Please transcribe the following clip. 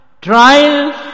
trials